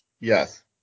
Yes